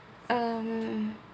um